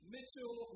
Mitchell